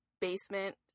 basement